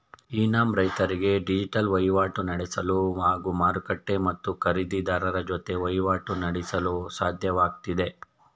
E NAM ರೈತರಿಗೆ digital ವಹಿವಾಟು ನಡೆಸಲು ಹಾಗೂ ಮಾರುಕಟ್ಟೆ ಮತ್ತು ಖರೀದಿರಾರರ ಜೊತೆ ವಹಿವಾಟು ನಡೆಸಲು ಸಾಧ್ಯವಾಗ್ತಿದೆ